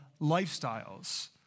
lifestyles